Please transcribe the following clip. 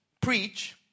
preach